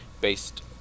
based